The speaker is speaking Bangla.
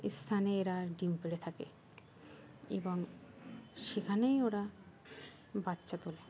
স্থানে এরা ডিম পেড়ে থাকে এবং সেখানেই ওরা বাচ্চা তোলে